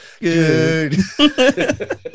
Good